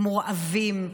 מורעבים,